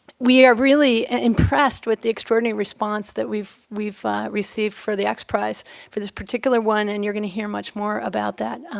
we are really impressed with the extraordinary response that we've we've received for the x prize for this particular one, and you're going to hear much more about that,